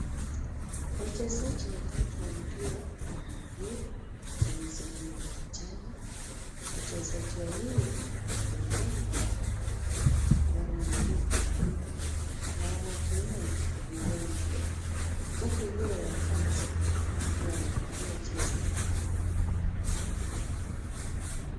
Wachezaji watatu wa mpira wa miguu wamesimama uwanjani, wachezaji wawili wa pembeni wana miguu bandia na wanatumia vigongo, huku yule wa kati akiwa amevalia jezi nyekundu.